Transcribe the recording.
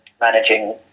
managing